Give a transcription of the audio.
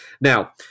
Now